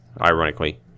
ironically